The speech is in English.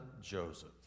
Joseph